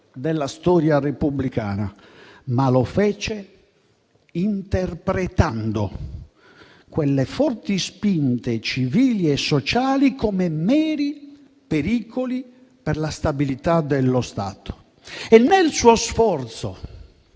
della storia repubblicana, ma lo fece interpretando quelle forti spinte civili e sociali come meri pericoli per la stabilità dello Stato e, nel suo sforzo